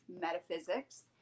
metaphysics